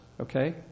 Okay